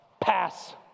Pass